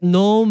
no